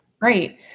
great